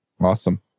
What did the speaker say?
Awesome